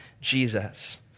Jesus